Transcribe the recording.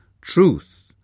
Truth